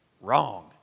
Wrong